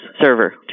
Server